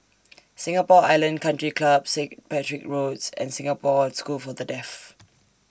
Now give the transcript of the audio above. Singapore Island Country Club Saint Patrick's Roads and Singapore School For The Deaf